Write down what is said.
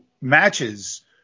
matches